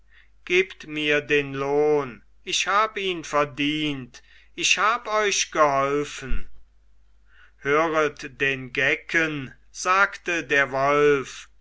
gebt mir den lohn ich hab ihn verdient ich hab euch geholfen höret den gecken sagte der wolf